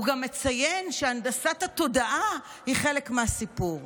הוא גם מציין שהנדסת התודעה היא חלק מהסיפור.